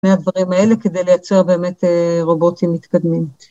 מהדברים האלה כדי לייצר באמת רובוטים מתקדמים.